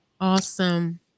awesome